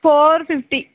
four fifty